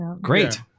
Great